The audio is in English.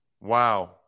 Wow